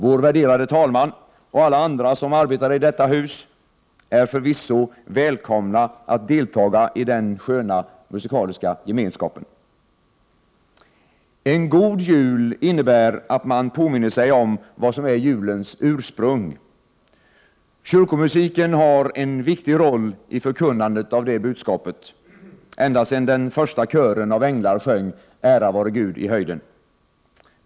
Vår värderade talman, och alla andra som arbetar i detta hus, är förvisso välkomna att delta i denna sköna musikaliska gemenskap. En god jul innebär att man påminner sig om vad som är julens ursprung. Kyrkomusiken har, ända sedan den första kören av änglar sjöng Ära vara Gud i höjden, haft en viktig roll i förkunnandet av det budskapet.